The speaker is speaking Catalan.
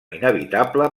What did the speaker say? inevitable